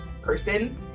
person